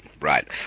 Right